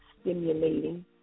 stimulating